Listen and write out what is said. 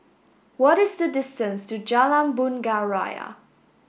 what is the distance to Jalan Bunga Raya